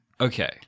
Okay